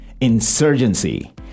insurgency